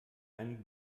einen